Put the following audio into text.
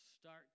start